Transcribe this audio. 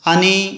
आनी